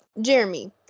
Jeremy